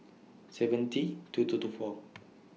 seventy two two two four